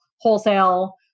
wholesale